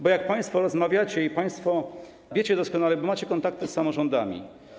Bo jak państwo rozmawiacie i wiecie doskonale, bo macie kontakty z samorządami.